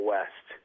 West